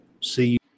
see